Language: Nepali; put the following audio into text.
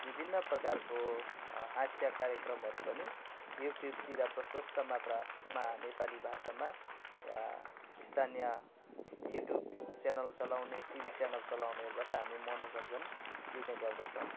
विभिन्न प्रकारको हाँस्य कार्यक्रमहरू पनि युटुबतिर प्रसस्त मात्रामा नेपाली भाषामा या स्थानीय युटुब च्यानल चलाउने टिभी च्यानल चलाउनेहरूबाट हामी मनोरञ्जन लिने गर्दछौँ